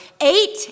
eight